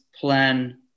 plan